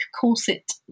corset